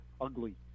ugly